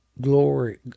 glory